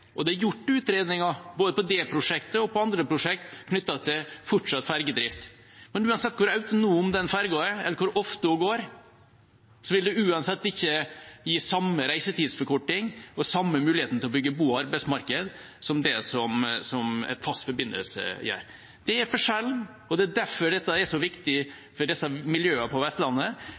og det er gjort utredninger, både for det prosjektet og for andre prosjekt knyttet til fortsatt fergedrift. Men uansett hvor autonom den fergen er, eller hvor ofte den går, vil det uansett ikke gi samme reisetidsforkorting og samme muligheten til å bygge bo- og arbeidsmarked som det en fast forbindelse gjør. Det er forskjellen, og det er derfor dette er så viktig for disse miljøene på Vestlandet.